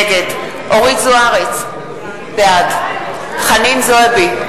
נגד אורית זוארץ, בעד חנין זועבי,